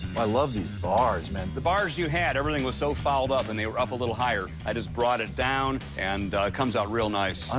i love these bars, man. the bars you had, everything was so fouled up and they were up a little higher, i just brought it down, and, ah, it comes out real nice.